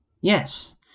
Yes